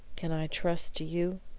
can i trust to you?